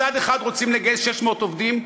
מצד אחד רוצים לגייס 600 עובדים,